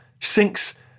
sinks